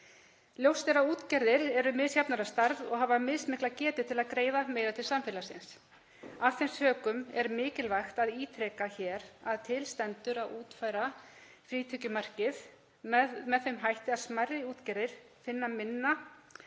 Ljóst er að útgerðir eru misjafnar að stærð og hafa mismikla getu til að greiða meira til samfélagsins. Af þeim sökum er mikilvægt að ítreka hér að til stendur að útfæra frítekjumarkið með þeim hætti að smærri útgerðir finni minna